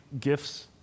gifts